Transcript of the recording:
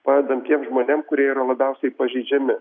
padedam tiem žmonėm kurie yra labiausiai pažeidžiami